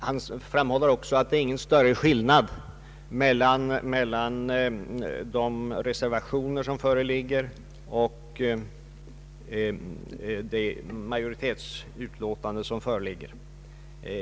Han framhåller också att det inte är någon större skillnad mellan de föreliggande reservationerna och det majoritetsutlåtande som föreligger.